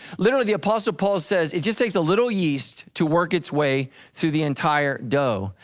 literally the apostle paul says it just takes a little yeast to work its way through the entire dough.